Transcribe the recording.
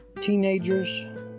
teenagers